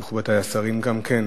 מכובדי השרים גם כן,